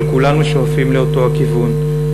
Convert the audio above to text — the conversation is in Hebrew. אבל כולנו שואפים לאותו הכיוון,